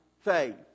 faith